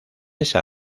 esa